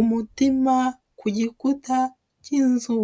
umutima ku gikuta k'inzu.